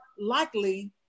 likely